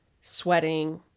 sweating